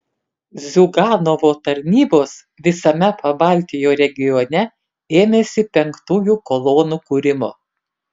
ziuganovo tarnybos visame pabaltijo regione ėmėsi penktųjų kolonų kūrimo